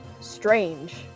strange